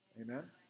Amen